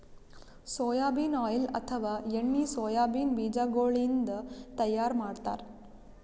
soybean oil ಅಥವಾ ಎಣ್ಣಿ soybean ಬಿಜಾಗೋಳಿನ್ದ ತೈಯಾರ್ ಮಾಡ್ತಾರ್